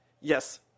Yes